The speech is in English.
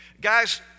Guys